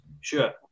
Sure